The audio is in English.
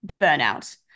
burnout